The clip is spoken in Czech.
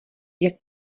jak